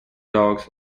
dogs